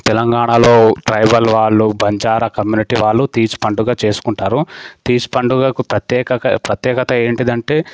తెలంగాణాలో ట్రైబల్ వాళ్ళు బంజారా కమ్యూనిటీ వాళ్ళు తీజ్ పండగ చేసుకుంటారు తీజ్ పండగకు ప్రత్యేకత ప్రత్యేకత ఏంటంటే